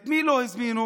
את מי לא הזמינו?